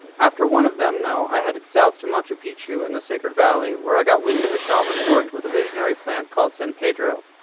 after one of them, i headed south to machu picchu and the sacred valley where i got wind of a shaman who worked with a visionary plant called san pedro.